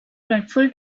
dreadful